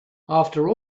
after